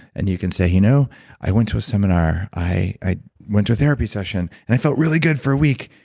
and you can say, you know i went to a seminar, i i went to a therapy session, and i felt really good for a week.